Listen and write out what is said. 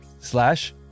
slash